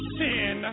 sin